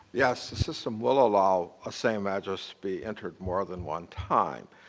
yeah so the system will allow a same address to be entered more than one time.